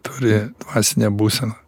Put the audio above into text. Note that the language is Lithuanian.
turi dvasinę būseną